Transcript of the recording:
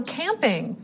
camping